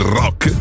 rock